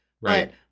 Right